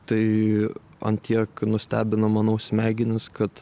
tai ant tiek nustebino manau smegenis kad